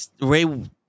Ray